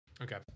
Okay